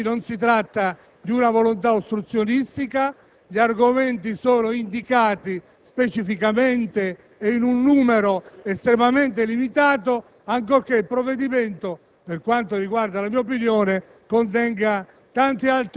credo che l'Aula debba comunque approfondire i temi. Non si tratta di una volontà ostruzionistica. Gli argomenti sono indicati specificamente e in numero estremamente limitato ancorché il provvedimento,